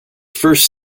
first